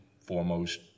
foremost